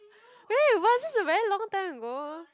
ya was this is a very long time ago